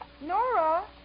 Nora